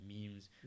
memes